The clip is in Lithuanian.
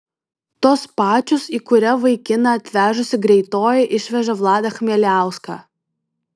tos pačios į kurią vaikiną atvežusi greitoji išveža vladą chmieliauską